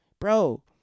Bro